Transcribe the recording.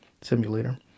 simulator